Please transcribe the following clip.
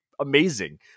amazing